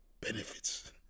benefits